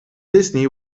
disney